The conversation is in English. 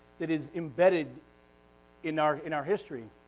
it is embedded in our in our history.